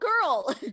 girl